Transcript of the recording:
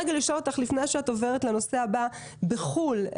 לפני שאת עוברת לנושא הבא, אני רוצה לשאול אותך.